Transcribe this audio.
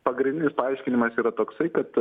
pagrindinis paaiškinimas yra toksai kad